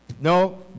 No